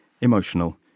emotional